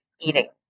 eating